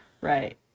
Right